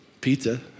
pizza